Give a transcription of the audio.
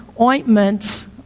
ointments